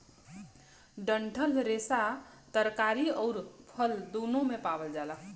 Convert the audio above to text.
डंठल रेसा तरकारी आउर फल दून्नो में पावल जाला